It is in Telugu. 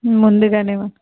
ముందుగానే